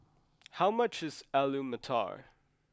how much is Alu Matar